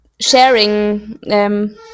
sharing